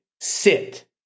sit